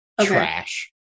trash